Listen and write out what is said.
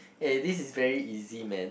eh this is very easy man